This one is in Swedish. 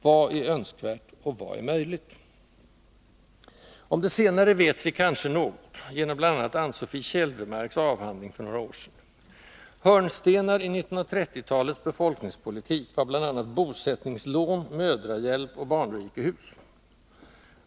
Vad är önskvärt och vad är möjligt? Om det senare vet vi kanske något, genom bl.a. Ann Sofie Kälvemarks avhandling för några år sedan. Hörnstenar i 1930-talets befolkningspolitik var bl.a. bosättningslån, mödrahjälp och barnrikehus.